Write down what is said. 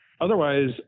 otherwise